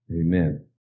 Amen